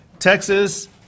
Texas